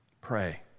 pray